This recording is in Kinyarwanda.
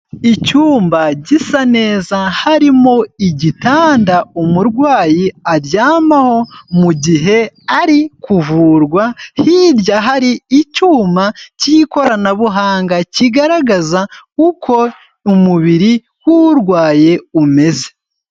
Icyumba gisa neza, harimo igitanda, umurwayi aryamaho mu gihe ari kuvurwa, hirya hari icyuma cy'ikoranabuhanga kigaragaza uko umubiri w'urwaye umeze.